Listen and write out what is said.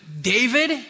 David